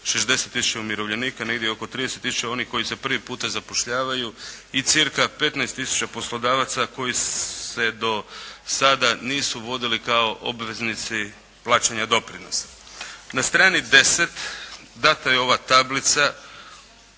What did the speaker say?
tisuća umirovljenika. Negdje oko 30 tisuća onih koji se prvi puta zapošljavaju i cirka 15 tisuća poslodavaca koji se do sada nisu vodili kao obveznici plaćanja doprinosa. Na strani 10 dana je ova tablica